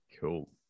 Cool